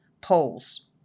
polls